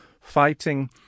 fighting